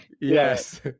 Yes